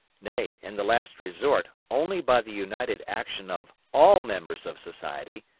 nay, in the last resort, only by the united action of all members of society,